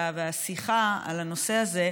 והשיח על הנושא הזה,